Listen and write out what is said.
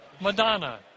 Madonna